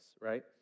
right